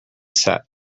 set